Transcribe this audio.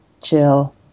chill